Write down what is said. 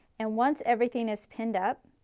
and once everything is pinned up,